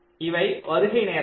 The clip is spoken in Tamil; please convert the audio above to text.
இவை வருகை நேரங்கள்